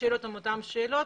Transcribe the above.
השאלות הן אותן שאלות,